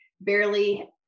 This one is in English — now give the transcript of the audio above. barely